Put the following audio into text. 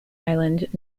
island